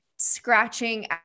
Scratching